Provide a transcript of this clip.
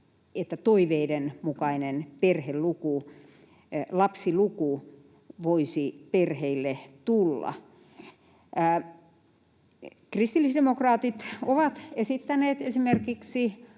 ehkä toiveiden mukainen perheluku, lapsiluku voisi perheille tulla. Kristillisdemokraatit ovat esittäneet esimerkiksi